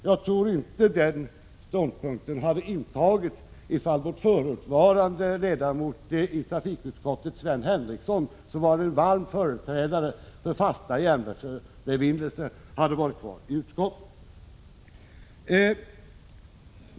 Jag tror inte att denna ståndpunkt hade intagits ifall förutvarande ledamoten i trafikutskottet Sven Henricsson, som var en varm förespråkare för fasta järnvägsförbindelser, hade varit kvar i utskottet.